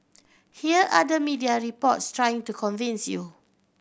here are the media reports trying to convince you